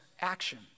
action